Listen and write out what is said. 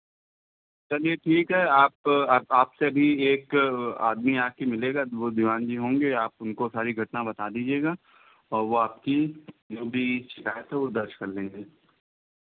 चलिए ठीक है आप अब आपसे अभी एक आदमी आके मिलेगा वो दीवान जी होंगे आप उनको सारी घटना बता दीजिएगा और वो आपकी जो भी शिकायत है वो दर्ज़ कर लेंगे